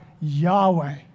Yahweh